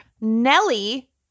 Nelly